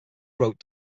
wrote